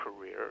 career